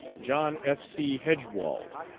john f. c. hegewald,